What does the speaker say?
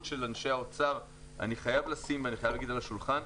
של אנשי האוצר אני חייב לשים על השולחן,